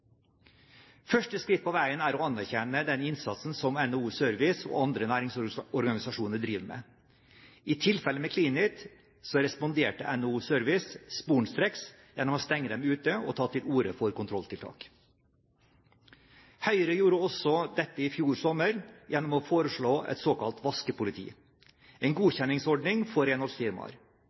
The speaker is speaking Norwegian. Første skritt på veien er å anerkjenne den innsatsen som NHO Service og andre næringsorganisasjoner gjør. I tilfellet med Cleanit responderte NHO Service sporenstreks gjennom å stenge dem ute og ta til orde for kontrolltiltak. Høyre gjorde også dette i fjor sommer gjennom å foreslå et såkalt vaskepoliti, en godkjenningsordning for renholdsfirmaer. Vi har også foreslått en